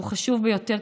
שהוא חשוב ביותר,